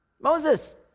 Moses